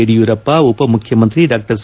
ಯಡಿಯೂರಪ್ಪ ಉಪಮುಖ್ಯಮಂತ್ರಿ ಡಾ ಸಿ